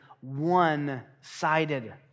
one-sided